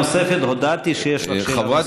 לא מוסיפות שום דבר,